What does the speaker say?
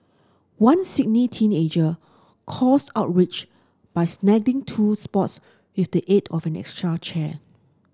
one Sydney teenager caused outrage by snagging two spots with the aid of an extra chair